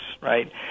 right